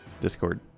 Discord